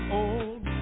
old